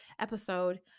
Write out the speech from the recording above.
episode